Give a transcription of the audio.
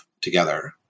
together